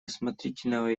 осмотрительного